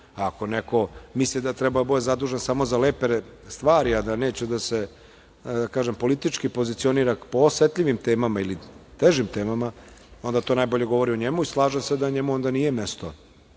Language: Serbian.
neko misli da treba da bude zadužen samo za lepe stvari, a da ne će da se politički pozicionira po osetljivim temama ili težim temama, onda to najbolje govori o njemu. Slažem se da njemu onda nije mesto,